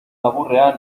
laburrean